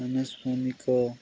ମନସ୍ଵମିକ